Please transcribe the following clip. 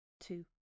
two